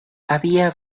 había